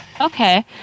Okay